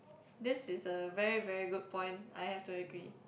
this is a very very good point I have to agree